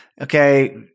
Okay